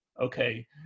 Okay